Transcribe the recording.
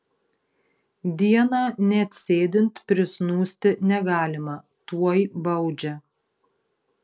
dieną net sėdint prisnūsti negalima tuoj baudžia